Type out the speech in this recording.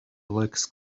legs